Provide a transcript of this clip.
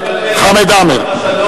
חמד עמאר.